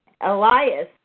Elias